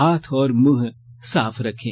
हाथ और मुंह साफ रखें